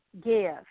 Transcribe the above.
give